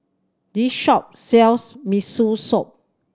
this shop sells Miso Soup